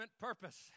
purpose